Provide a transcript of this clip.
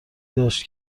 داشت